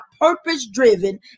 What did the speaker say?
purpose-driven